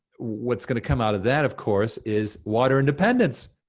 what's gonna come out of that of course is water independence.